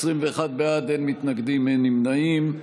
21 בעד, אין מתנגדים, אין נמנעים.